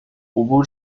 عبور